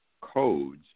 codes